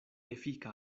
efika